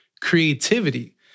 creativity